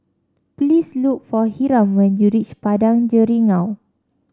please look for Hiram when you reach Padang Jeringau